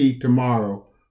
tomorrow